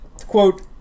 Quote